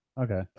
Okay